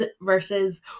versus